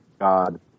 God